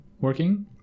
working